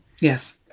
Yes